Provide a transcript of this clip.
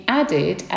added